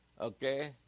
okay